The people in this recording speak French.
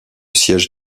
siège